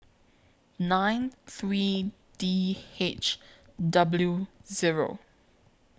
nine three D H W Zero